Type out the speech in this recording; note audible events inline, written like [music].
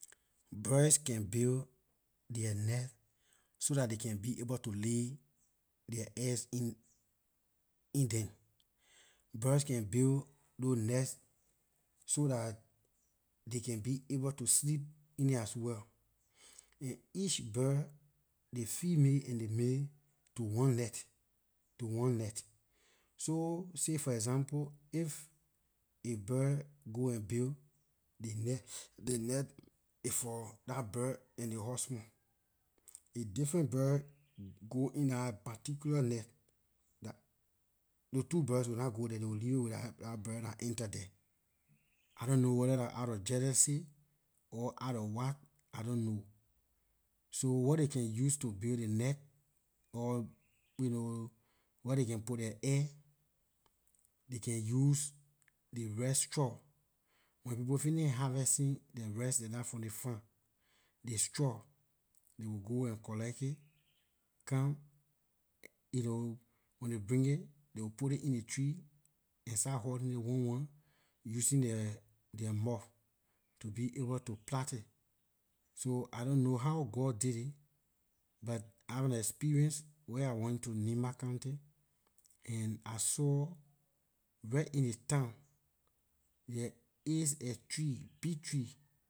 Birds can build their net so dah they can be able to lay their eggs in [hesitation] in them. Birds can build those nest so dah they can able to sleep in it as well and each bird ley female and ley male to one net to one net so say for example if a bird go and build ley net ley net aay for dah bird and ley husband if different bird go in dah particular net dah [hesitation] those two birds will not go there they will leave it with dah bird dah entered there I don't know whether dah out of jealousy or out of what I don't know, so what ley can use to build their net or [hesitation] you know where they can put their egg they can use the rice strunk, when ley people finish harvesting their rice like dah from ley farm, dey strunk they will go and collect it come [hesitation] you know when they bring it they will put it in ley tree and start hurling it one one using their mouth to be able to plait it so I don't know how god did it but out of experience where I went to nimba county and I saw right in ley town there is a tree, big tree